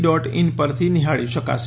dot in પરથી નીહાળી શકાશે